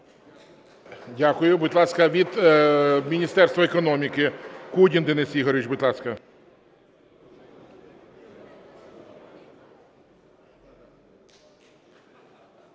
Дякую. Будь ласка, від Міністерства економіки Кудін Денис Ігорович. Будь ласка.